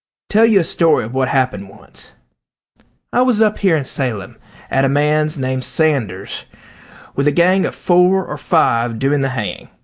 tell you a story of what happened once i was up here in salem at a man's named sanders with a gang of four or five doing the haying.